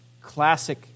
classic